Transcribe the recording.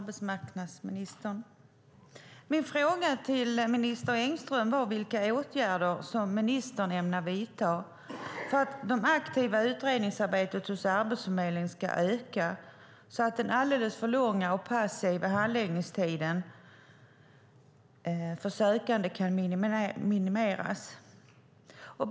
Herr talman! Min fråga till arbetsmarknadsminister Engström var vilka åtgärder ministern ämnar vidta för att det aktiva utredningsarbetet hos Arbetsförmedlingen ska öka, så att den alldeles för långa och passiva handläggningstiden för sökande kan minimeras.